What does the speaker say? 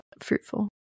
fruitful